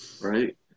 Right